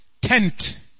tent